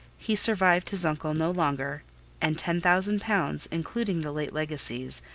he survived his uncle no longer and ten thousand pounds, including the late legacies,